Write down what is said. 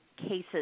cases